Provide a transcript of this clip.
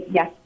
Yes